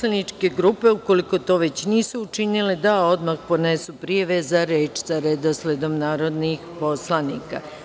Molim poslaničke grupe, ukoliko to već nisu učinile, da odmah podnesu prijave za reč sa redosledom narodnih poslanika.